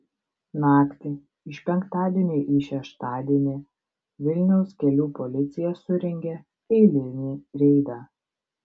naktį iš penktadienio į šeštadienį vilniaus kelių policija surengė eilinį reidą